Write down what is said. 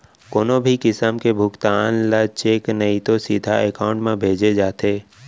कोनो भी किसम के भुगतान ल चेक नइ तो सीधा एकाउंट म भेजे जाथे